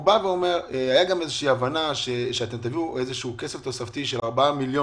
היתה גם איזו הבנה שתביאו כסף תוספתי של 4 מיליון